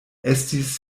estis